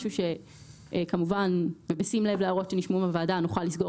משהו שכמובן בשים לב להערות נשמעו בוועדה נוכל לסגור